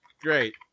Great